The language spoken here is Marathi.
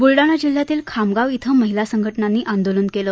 बुलडाणा जिल्ह्यातील खामगाव इथं महिला संघटनांनी आंदोलन केलं